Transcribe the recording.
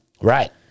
Right